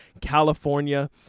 california